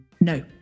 No